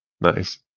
nice